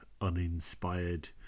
uninspired